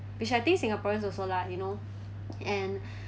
which I think singaporeans also lah you know and